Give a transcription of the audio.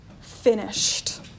finished